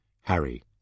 Harry